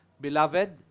Beloved